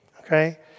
okay